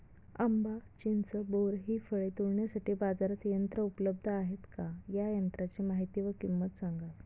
आंबा, चिंच, बोर हि फळे तोडण्यासाठी बाजारात यंत्र उपलब्ध आहेत का? या यंत्रांची माहिती व किंमत सांगा?